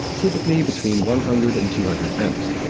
typically between one hundred and two hundred amps.